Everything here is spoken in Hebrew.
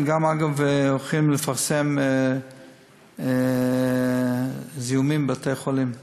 אנחנו גם הולכים לפרסם על זיהומים בבתי-חולים.